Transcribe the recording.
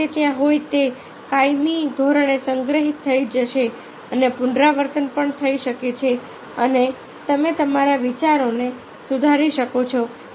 એકવાર તે ત્યાં હોય તે કાયમી ધોરણે સંગ્રહિત થઈ જશે અને પુનરાવર્તન પણ થઈ શકે છે અને તમે તમારા વિચારોને સુધારી શકો છો